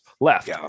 left